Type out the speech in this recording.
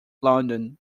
london